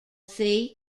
became